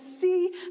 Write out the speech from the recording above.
see